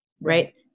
right